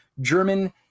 German